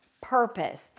purpose